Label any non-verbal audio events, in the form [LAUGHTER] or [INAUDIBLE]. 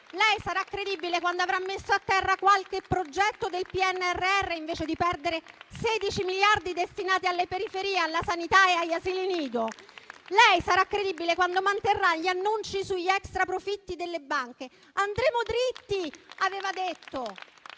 Lei sarà credibile quando avrà messo a terra qualche progetto del PNRR, invece di perdere 16 miliardi destinati alle periferie, alla sanità e agli asili nido. [APPLAUSE] Lei sarà credibile quando manterrà gli annunci sugli extraprofitti delle banche. «Andremo dritti», aveva detto